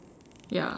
ya